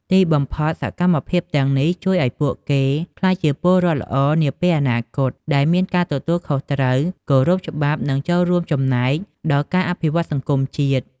ទីបំផុត សកម្មភាពទាំងនេះជួយអោយពួកគេ ក្លាយជាពលរដ្ឋល្អនាពេលអនាគត ដែលមានការទទួលខុសត្រូវ គោរពច្បាប់ និងរួមចំណែកដល់ការអភិវឌ្ឍសង្គមជាតិ។